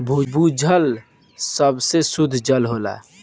भूजल सबसे सुद्ध जल होला